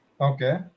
Okay